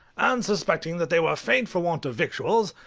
and suspecting that they were faint for want of victuals,